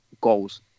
goals